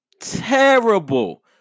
Terrible